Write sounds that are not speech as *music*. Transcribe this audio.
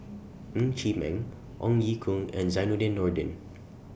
*noise* Ng Chee Meng Ong Ye Kung and Zainudin Nordin